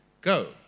go